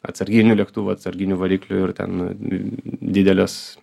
atsarginių lėktuvų atsarginių variklių ir ten didelės